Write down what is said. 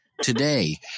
Today